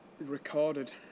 recorded